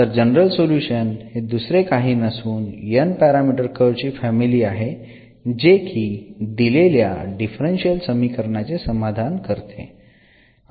तर general solution हे दुसरे काही नसून n पॅरामीटर कर्व ची फॅमिली आहे जे की दिलेल्या डिफरन्शियल समीकरणाचे समाधान करते